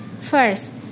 First